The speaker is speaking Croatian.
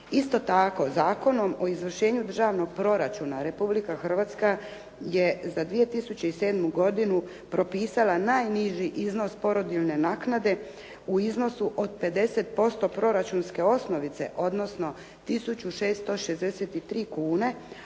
Isto tako, Zakonom o izvršenju državnog proračuna Republika Hrvatska je za 2007. godinu propisala najniži iznos porodiljne naknade u iznosu od 50% proračunske osnovice odnosno 1663 kune,